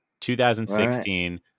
2016